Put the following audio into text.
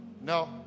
no